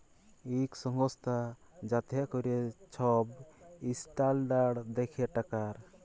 ইক সংস্থা যাতে ক্যরে ছব ইসট্যালডাড় দ্যাখে টাকার